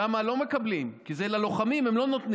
שם לא מקבלים, כי זה ללוחמים, הם לא נותנים,